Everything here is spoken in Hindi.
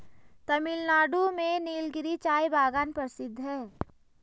तमिलनाडु में नीलगिरी चाय बागान प्रसिद्ध है